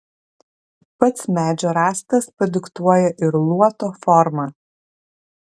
pats medžio rąstas padiktuoja ir luoto formą